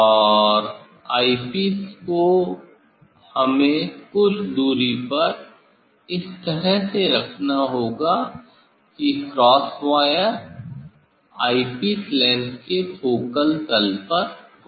और आईपीस को हमें कुछ दूरी पर इस तरह से रखना होगा कि क्रॉस वायर आईपीस लेंस के फोकल तल पर हो